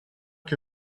que